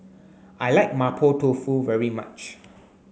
I like mapo tofu very much